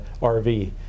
RV